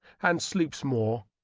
and sleeps more.